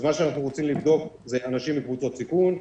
אז מה שאנחנו רוצים לבדוק זה אנשים מקבוצות סיכון,